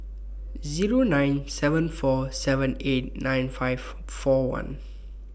Zero nine seven four seven eight nine five four one